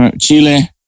Chile